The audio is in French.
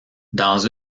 dans